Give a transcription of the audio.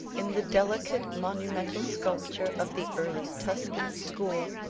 in the delicate monumental sculpture of the early tuscan school,